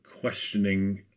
questioning